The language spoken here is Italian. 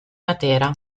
matera